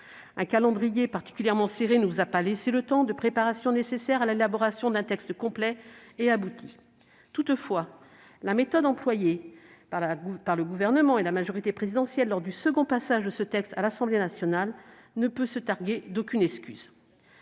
Un calendrier particulièrement serré ne vous a pas laissé le temps de préparation nécessaire à l'élaboration d'un texte complet et abouti. Toutefois, la méthode employée par le Gouvernement et la majorité présidentielle lors du second passage de ce texte à l'Assemblée nationale n'est pas excusable.